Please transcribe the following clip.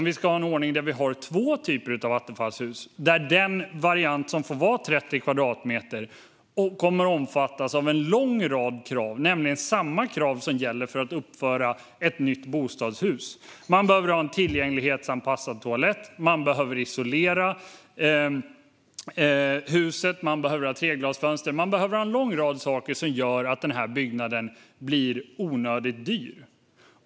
Vi ska ha en ordning där vi har två typer av attefallshus, där den variant som får vara 30 kvadratmeter kommer att omfattas av en lång rad krav, nämligen samma krav som gäller för att uppföra ett nytt bostadshus. Man behöver ha en tillgänglighetsanpassad toalett, man behöver isolera huset, man behöver ha treglasfönster, man behöver ha en lång rad saker som gör att denna byggnad blir onödigt dyr.